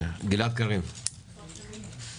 גלעד קריב, בבקשה.